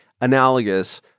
analogous